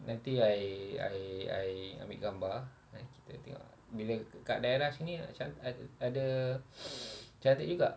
nanti I I I ambil gambar dan kita tengok bila kat daerah sini can~ ada ada cantik juga